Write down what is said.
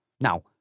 Now